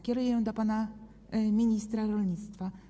Kieruję je do pana ministra rolnictwa.